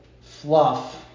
fluff